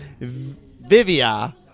Vivia